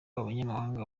abanyamahanga